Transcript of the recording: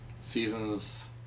seasons